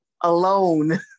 alone